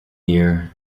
year